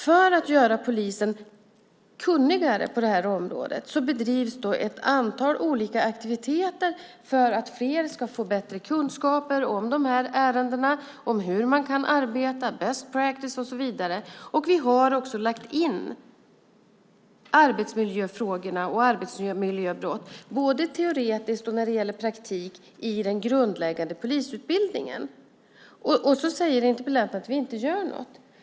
För att göra polisen kunnigare på det här området bedrivs ett antal olika aktiviteter för att fler ska få bättre kunskaper om de här ärendena, om hur man kan arbeta, best practice och så vidare, och vi har också lagt in arbetsmiljöfrågorna och arbetsmiljöbrott, både teoretiskt och när det gäller praktik, i den grundläggande polisutbildningen. Och så säger interpellanten att vi inte gör något.